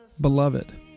beloved